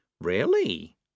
Really